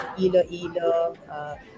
Iloilo